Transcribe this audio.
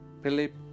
Philip